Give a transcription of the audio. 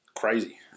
crazy